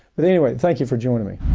but anyway, thank you for joining me.